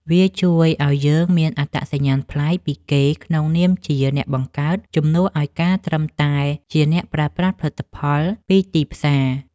វាជួយឱ្យយើងមានអត្តសញ្ញាណប្លែកពីគេក្នុងនាមជា អ្នកបង្កើត ជំនួសឱ្យការត្រឹមតែជា អ្នកប្រើប្រាស់ ផលិតផលពីទីផ្សារ។